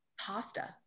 Pasta